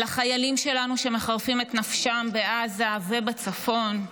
על החיילים שלנו שמחרפים את נפשם בעזה ובצפון,